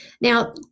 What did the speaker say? Now